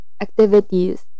activities